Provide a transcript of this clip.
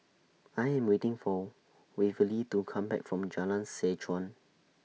I Am waiting For Waverly to Come Back from Jalan Seh Chuan